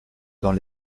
dans